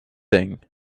thing